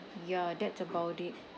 ya that's about it